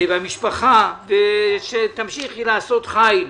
מהמשפחה, ושתמשיכי לעשות חיל.